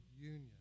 union